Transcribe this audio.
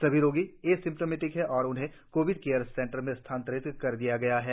सभी रोगि एसिम्टोमेटिक हैं और उन्हें कोविड केयर सेंटर में स्थानांतरित कर दिया गया है